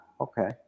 okay